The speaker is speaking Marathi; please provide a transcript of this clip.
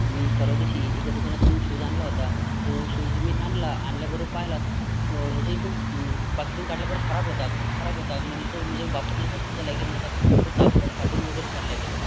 मी परवा दिवशी एका दुकानातून शूज आणला होता तो शूज मी आणला आणल्या बरोबर पाहिला तो खूप म्हणजे तो पाकिटून काढल्याबर खराब होता खूप खराब होता मधले तो म्हणजे वापरण्याच्यासुद्धा लायकीचा नव्हता तो तो ताबडतोब फाटून वगैरे चाललाय गेला